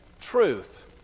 truth